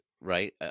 right